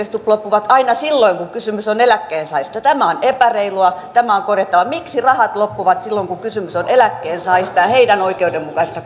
stubb loppuvat aina silloin kun kysymys on eläkkeensaajista tämä on epäreilua tämä on korjattava miksi rahat loppuvat silloin kun kysymys on eläkkeensaajista ja heidän oikeudenmukaisesta